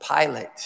Pilate